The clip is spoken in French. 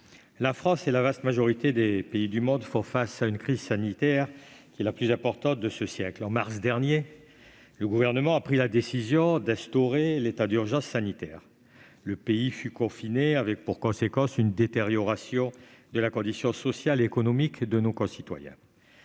la France et la vaste majorité des pays du monde font face à la crise sanitaire la plus importante de ce siècle. En mars dernier, le Gouvernement a pris la décision d'instaurer l'état d'urgence sanitaire. Le pays fut confiné, avec pour conséquence une détérioration de la condition sociale et économique de nos concitoyens.